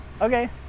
Okay